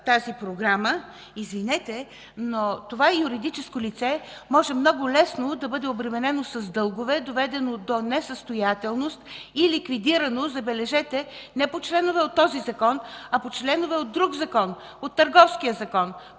на Програмата – извинете, но това е юридическо лице, може много лесно да бъде обременено с дългове, доведено до несъстоятелност и ликвидирано, забележете, не по членове от този закон, а по членове от друг закон, от Търговския закон.